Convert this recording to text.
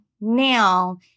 now